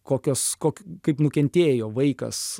kokios kokiu kaip nukentėjo vaikas